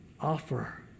offer